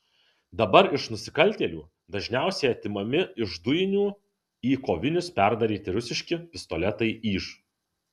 dabar iš nusikaltėlių dažniausiai atimami iš dujinių į kovinius perdaryti rusiški pistoletai iž